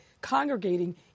congregating